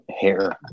hair